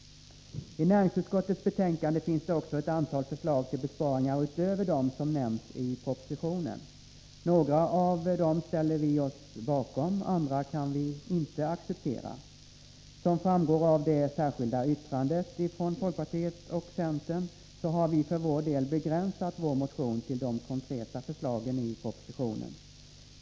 I näringsutskottets betänkande finns det också ett antal förslag till besparingar utöver dem som nämns i propositionen. Några av dem ställer vi oss bakom, andra kan vi inte acceptera. Som framgår av det särskilda yttrandet från folkpartiet och centern har vi begränsat vår motion till de konkreta förslagen i propositionen.